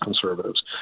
conservatives